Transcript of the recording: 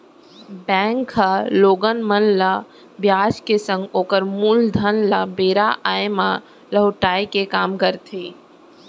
bank ह लोगन मन ल बियाज के संग ओकर मूलधन ल बेरा आय म लहुटाय के काम करथे